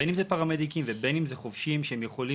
בין אם זה פרמדיקים ובין אם זה חובשים שהם יכולים